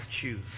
choose